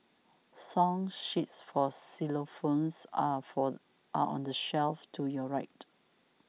song sheets for xylophones are for are on the shelf to your right